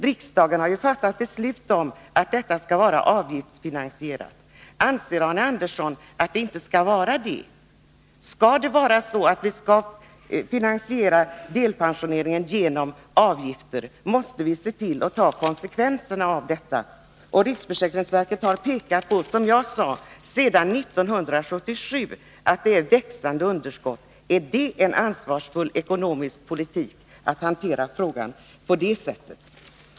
Riksdagen har fattat beslut om att detta system skall vara avgiftsfinansierat. Anser Arne Andersson att det inte skall vara det? Om vi skall finansiera delpensioneringen med avgifter, måste vi ta konsekvenserna av det. Riksförsäkringsverket pekade, som jag sade tidigare, redan 1977 på att det är ett växande underskott. Är det ansvarsfull ekonomisk politik att hantera frågan på det sättet?